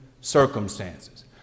circumstances